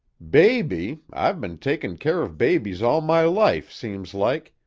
baby! i've been takin' care of babies all my life, seems like.